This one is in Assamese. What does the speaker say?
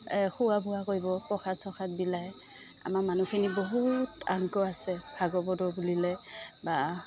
খোৱা বোৱা কৰিব প্ৰসাদ চসাদ বিলায় আমাৰ মানুহখিনিৰ বহুত আগ্ৰহ আছে ভাগৱতৰ বুলিলে বা